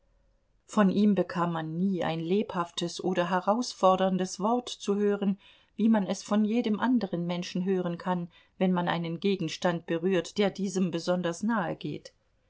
von ihm bekam man nie ein lebhaftes oder herausforderndes wort zu hören wie man es von jedem anderen menschen hören kann wenn man einen gegenstand berührt der diesem besonders nahegeht